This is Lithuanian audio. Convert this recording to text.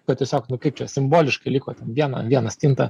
kad tiesiog nu kaip čia simboliškai liko viena viena stinta